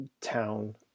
Town